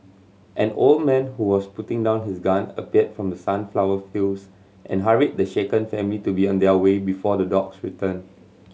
an old man who was putting down his gun appeared from the sunflower fields and hurried the shaken family to be on their way before the dogs return